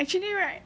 actually right